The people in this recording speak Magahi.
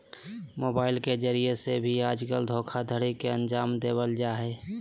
मोबाइल के जरिये से भी आजकल धोखाधडी के अन्जाम देवल जा हय